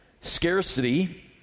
Scarcity